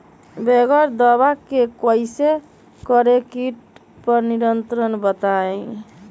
बगैर दवा के कैसे करें कीट पर नियंत्रण बताइए?